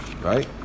Right